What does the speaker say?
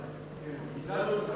אני מחדש את הדיון.